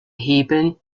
hebeln